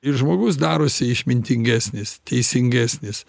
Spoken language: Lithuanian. ir žmogus darosi išmintingesnis teisingesnis